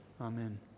Amen